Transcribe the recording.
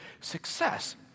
success